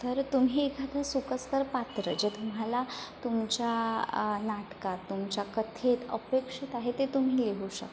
तर तुम्ही एखादं सोयीस्कर पात्र जे तुम्हाला तुमच्या नाटकात तुमच्या कथेत अपेक्षित आहे ते तुम्ही लिहू शकता